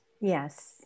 Yes